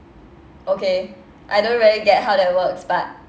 okay I don't really get how that works but